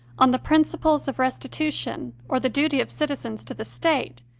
on the principles of restitu tion or the duty of citizens to the state,